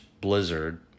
blizzard